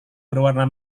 berwarna